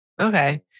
Okay